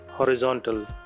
horizontal